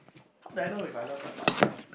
how do I know if I love my partner ah